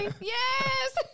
Yes